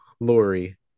lori